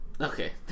Okay